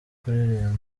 kuririmba